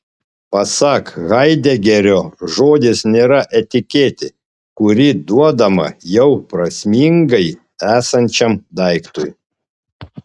pasak haidegerio žodis nėra etiketė kuri duodama jau prasmingai esančiam daiktui